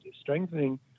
strengthening